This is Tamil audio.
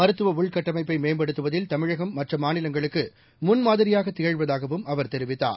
மருத்துவஉள்கட்டமைப்பைமேம்படுத்துவதில் தமிழகம் மற்றமாநிலங்களுக்குமுன்மாதிரியாகதிகழ்வதாகவும் அவர் தெரிவித்தாா